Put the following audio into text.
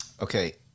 Okay